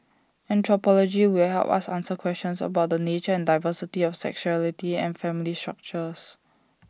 anthropology will help us answer questions about the nature and diversity of sexuality and family structures